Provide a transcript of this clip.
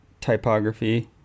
typography